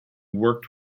worked